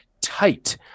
tight